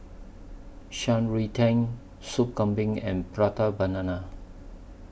Shan Rui Tang Sop Kambing and Prata Banana